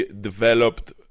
developed